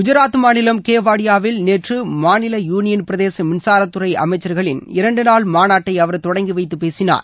குஜராத் மாநிலம் கேவாடியாவில் நேற்று மாநில யூனியன் பிரதேச மின்சாரத்துறை அமைச்சர்களின் இரண்டு நாள் மாநாட்டை அவர் தொடங்கி வைத்துப் பேசினார்